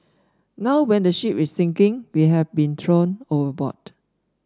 now when the ship is sinking we have been thrown overboard